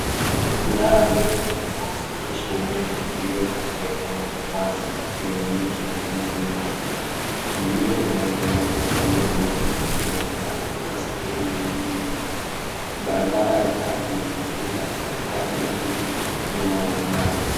Mnara mrefu wa kusafirisha umeme uliyo katika eneo wazi lenye miti na mimea mingi. Milima inayoendelea kwa umbali mrefu inaonekana kutoka sehemu ya nyuma. Barabara ya ardhi inapinda katikati ya miti, nyuma ya mnara.